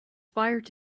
fired